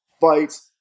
fights